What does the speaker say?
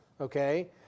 okay